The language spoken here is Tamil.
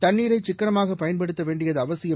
தண்ணீரைசிக்கனமாகப் பயன்படுத்தவேண்டயதுஅவசியம்